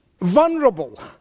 vulnerable